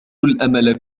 الأمل